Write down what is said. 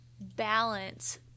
balance